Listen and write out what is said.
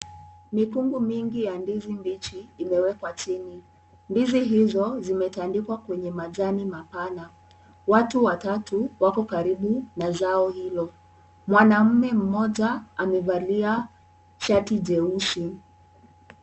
Mikungu mingi ya ndizi mbichi imewekwa chini. Ndizi hizo zimetandikwa kwenye majani mapana. Watu watatu wako karibu na zao hilo. Mwanaume mmoja amevalia shati jeusi.